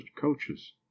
coaches